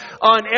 on